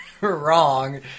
wrong